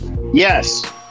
Yes